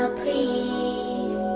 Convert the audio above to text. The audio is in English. please